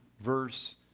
verse